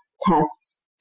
tests